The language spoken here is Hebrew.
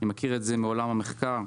אני מכיר את זה מעולם המחקר,